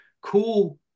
cool